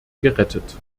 gerettet